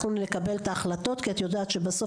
אנחנו נקבל את ההחלטות כי את יודעת שבסוף